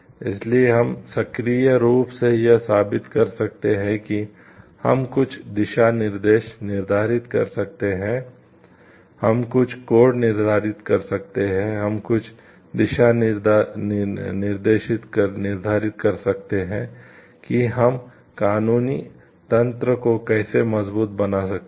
इसलिए हम सक्रिय रूप से यह साबित कर सकते हैं कि हम कुछ दिशानिर्देश निर्धारित कर सकते हैं हम कुछ कोड निर्धारित कर सकते हैं हम कुछ दिशानिर्देश निर्धारित कर सकते हैं कि हम कानूनी तंत्र को कैसे मजबूत बना सकते हैं